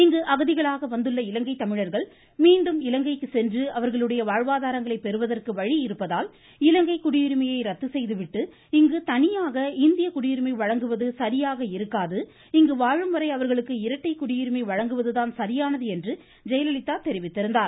இங்கு அகதிகளாக வந்துள்ள இலங்கை தமிழர்கள் மீண்டும் இலங்கைக்கு சென்று அவர்களுடைய வாழ்வாதாரங்களை பெறுவதற்கு வழி இருப்பதால் இலங்கை குடியுரிமையை ரத்து செய்துவிட்டு இங்கு தனியாக இந்திய குடியுரிமை வழங்குவது சரியாக இருக்காது இங்கு வாழும் வரை அவர்களுக்கு இரட்டை குடியுரிமை வழங்குவதுதான் சரியானது என்று ஜெயலலிதா தெரிவித்திருந்தார்